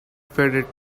faded